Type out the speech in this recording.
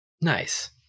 Nice